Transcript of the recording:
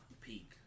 peak